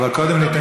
אבל קודם ניתן,